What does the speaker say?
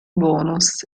bonus